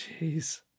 Jeez